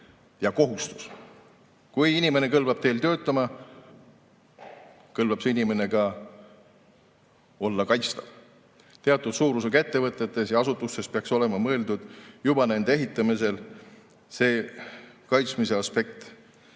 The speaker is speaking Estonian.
ja kohustus. Kui inimene kõlbab teil töötama, kõlbab see inimene ka olla kaitstav. Teatud suurusega ettevõtetes ja asutustes peaks olema juba nende ehitamisel see kaitsmise aspekt